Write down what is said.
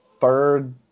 third